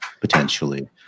potentially